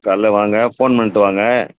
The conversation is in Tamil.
காலைல வாங்க ஃபோன் பண்ணிட்டு வாங்க